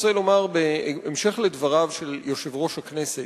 בהמשך לדבריו של יושב-ראש הכנסת,